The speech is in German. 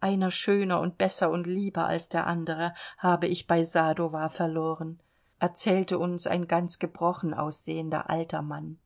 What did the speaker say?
einer schöner und besser und lieber als der andere habe ich bei sadowa verloren erzählte uns ein ganz gebrochen aussehender alter mann